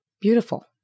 beautiful